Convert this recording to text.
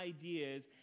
ideas